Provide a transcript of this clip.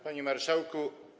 Panie Marszałku!